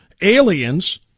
aliens